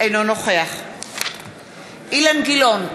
אינו נוכח אילן גילאון,